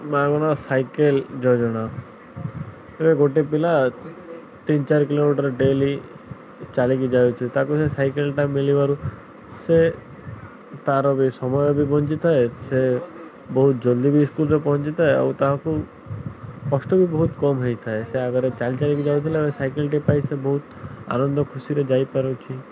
ମାଗଣା ସାଇକେଲ୍ ଯୋଜନା ଏବେ ଗୋଟେ ପିଲା ତିନି ଚାରି କିଲୋମିଟର୍ ଡେଲି ଚାଲିକି ଯାଉଛି ତା'କୁ ସେ ସାଇକେଲ୍ଟା ମିଳିବାରୁ ସେ ତା'ର ବି ସମୟ ବି ବଞ୍ଚିଥାଏ ସେ ବହୁତ ଜଲ୍ଦି ବି ସ୍କୁଲ୍ରେ ପହଁଞ୍ଚିଥାଏ ଆଉ ତାହାକୁ କଷ୍ଟ ବି ବହୁତ କମ୍ ହେଇଥାଏ ସେ ଆଗରେ ଚାଲି ଚାଲିକି ଯାଉଥିଲା ଏ ସାଇକେଲ୍ଟି ପାଇ ସେ ବହୁତ ଆନନ୍ଦ ଖୁସିରେ ଯାଇପାରୁଛି